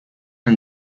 and